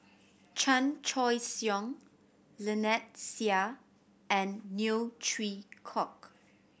Chan Choy Siong Lynnette Seah and Neo Chwee Kok